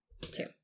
Two